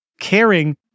caring